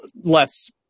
less